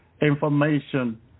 information